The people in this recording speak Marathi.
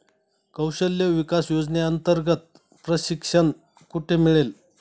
कौशल्य विकास योजनेअंतर्गत प्रशिक्षण कुठे मिळेल?